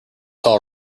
tall